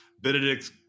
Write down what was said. Benedict